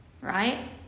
right